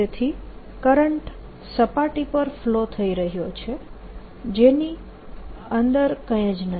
તેથી કરંટ સપાટી પર ફ્લો થઈ રહ્યો છે અંદર કંઈ જ નથી